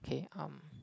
okay um